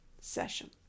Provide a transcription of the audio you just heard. session